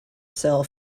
sell